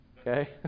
Okay